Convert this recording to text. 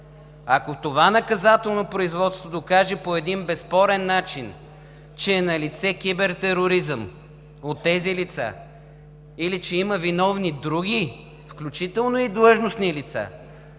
Ако това наказателно производство докаже по един безспорен начин, че е налице кибертероризъм от тези лица или че има виновни други, включително и длъжностни лица,